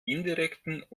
indirekten